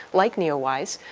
like neowise,